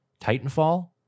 Titanfall